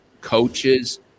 coaches